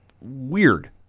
weird